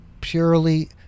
Purely